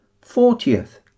fortieth